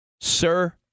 Sir